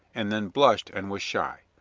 and then blushed and was shy.